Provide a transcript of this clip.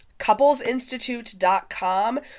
couplesinstitute.com